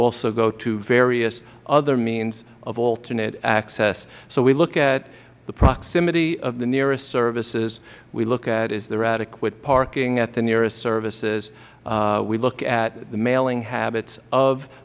also go to various other means of alternate access so we look at the proximity of the nearest services we look at is there adequate parking at the nearest services we look at the mailing habits of